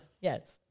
Yes